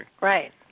Right